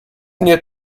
nie